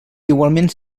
igualment